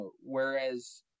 whereas